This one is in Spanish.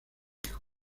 hijo